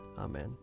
Amen